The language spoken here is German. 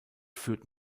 führt